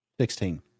Sixteen